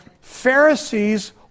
Pharisees